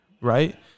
Right